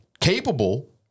Capable